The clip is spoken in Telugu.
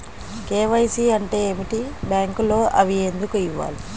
కే.వై.సి అంటే ఏమిటి? బ్యాంకులో అవి ఎందుకు ఇవ్వాలి?